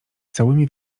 całymi